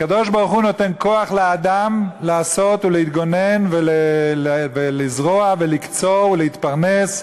הקדוש-ברוך-הוא נותן כוח לאדם לעשות ולהתגונן ולזרוע ולקצור ולהתפרנס,